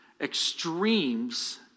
extremes